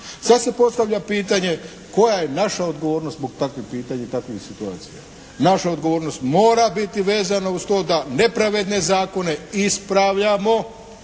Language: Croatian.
Sad se postavlja pitanje koja je naša odgovornost zbog takvih pitanja i takvih situacija? Naša odgovornost mora biti vezan uz to da nepravedne zakone ispravljamo